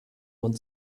mund